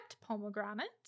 pomegranates